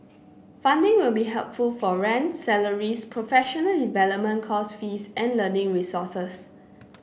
funding will be helpful for rent salaries professional development course fees and learning resources